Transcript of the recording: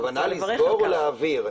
הכוונה לסגור או להעביר?